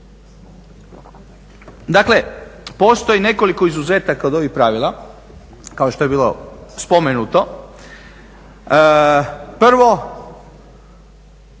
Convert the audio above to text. Dakle, postoji nekoliko izuzetaka od ovih pravila kao što je bilo spomenuto. Prvo